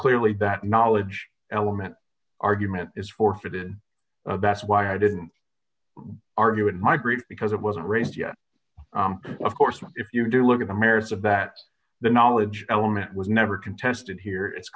clearly that knowledge element argument is forfeited that's why i didn't argue it in my grief because it wasn't raised yet of course if you do look at the merits of that the knowledge element was never contested here it's